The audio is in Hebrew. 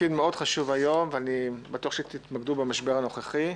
תפקיד מאוד חשוב היום ואני בטוח שתתמקדו במשבר הנוכחי.